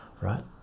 right